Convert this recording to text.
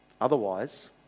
Otherwise